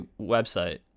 website